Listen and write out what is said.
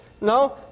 No